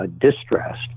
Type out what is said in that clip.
distressed